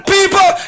people